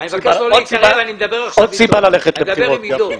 אני מדבר עכשיו עם עידו.